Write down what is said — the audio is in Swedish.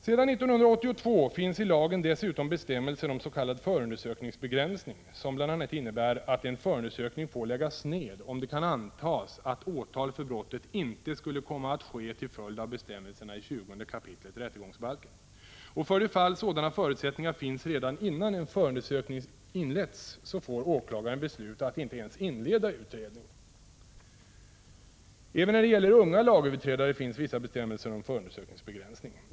Sedan 1982 finns i lagen dessutom bestämmelser om s.k. förundersökningsbegränsning som bl.a. innebär att en förundersökning får läggas ned om det kan antas att åtal för brottet inte skulle komma att ske till följd av bestämmelserna i 20 kap. rättegångsbalken. Och för det fall sådana förutsättningar finns redan innan en förundersökning inletts, får åklagaren besluta att inte ens inleda utredning. Även när det gäller unga lagöverträdare finns vissa bestämmelser om förundersökningsbegränsning.